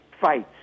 fights